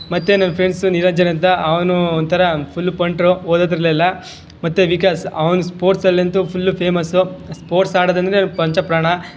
ಮತ್ತೆ ನನ್ನ ಫ್ರೆಂಡ್ಸ್ ನಿರಂಜನ್ ಅಂತ ಅವನು ಒಂಥರ ಫುಲ್ ಪಂಟ್ರು ಓದುವುದ್ರಲ್ಲೆಲ್ಲ ಮತ್ತು ವಿಕಾಸ್ ಅವನು ಸ್ಪೋರ್ಟ್ಸಲ್ಲಂತು ಫುಲ್ಲು ಫೇಮಸ್ಸು ಸ್ಪೋರ್ಟ್ಸ್ ಆಡೋದು ಅಂದರೆ ಪಂಚಪ್ರಾಣ